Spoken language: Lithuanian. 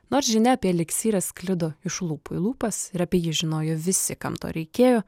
nors žinia apie eliksyrą sklido iš lūpų į lūpas ir apie jį žinojo visi kam to reikėjo